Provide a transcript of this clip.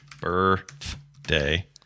Birthday